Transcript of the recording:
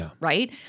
right